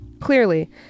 Clearly